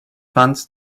funds